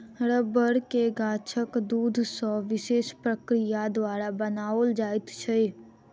रबड़ के गाछक दूध सॅ विशेष प्रक्रिया द्वारा बनाओल जाइत छै